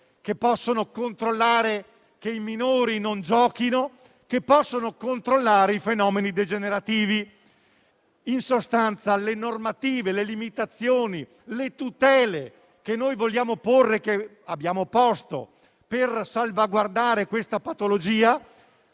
che possono controllare che i minori non giochino e che possono controllare i fenomeni degenerativi. In sostanza, le normative, le limitazioni e le tutele che vogliamo porre e che abbiamo posto per salvaguardare le persone